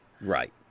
Right